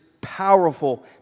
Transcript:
powerful